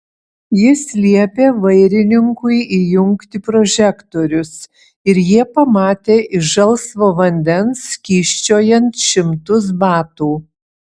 jis liepė vairininkui įjungti prožektorius ir jie pamatė iš žalsvo vandens kyščiojant šimtus batų